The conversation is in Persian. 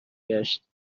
گشت